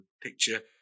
picture